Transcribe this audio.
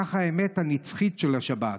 כך האמת הנצחית של השבת.